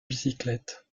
bicyclette